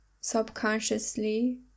subconsciously